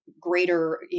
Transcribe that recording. greater